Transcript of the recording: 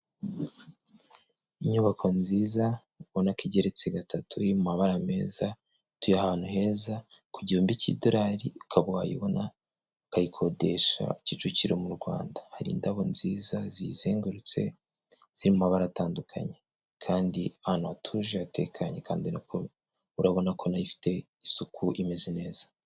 Inyubako nziza, ubona ko igeretse gatatu, iri mu mabara meza, ituye ahantu heza, ku gihumbi cy'idorari ukaba wayibona ukayikodesha, Kicukiro mu Rwanda, hari indabo nziza ziyizengurutse, ziri mu mabara atandukanye, kandi ahantu hatuje, hatekanye, kandi urabona ko nayo ifite isuku imeze neza.